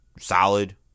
solid